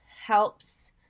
helps